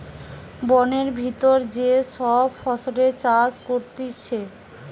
বোনের ভিতর যে সব ফসলের চাষ করতিছে